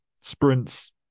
sprints